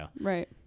Right